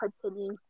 continue